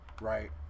Right